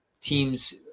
Teams